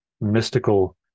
mystical